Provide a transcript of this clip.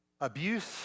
Abuse